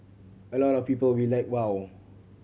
a lot of people were like wow